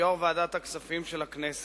יושב-ראש ועדת הכספים של הכנסת.